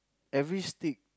every stick